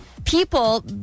People